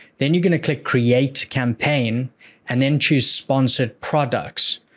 then you're going to click create campaign and then choose sponsored products.